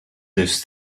this